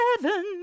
heaven